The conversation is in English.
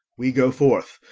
we go forth.